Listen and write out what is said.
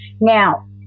Now